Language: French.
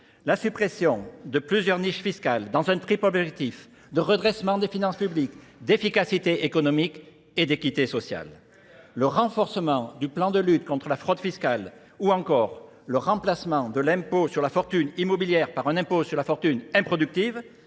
La suppression de plusieurs niches fiscales dans un tripoblégatif de redressement des finances publiques, d'efficacité économique et d'équité sociale. le renforcement du plan de lutte contre la fraude fiscale ou encore le remplacement de l'impôt sur la fortune immobilière par un impôt sur la fortune improductive